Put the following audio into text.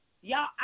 Y'all